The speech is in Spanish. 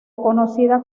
conocida